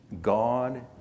God